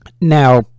Now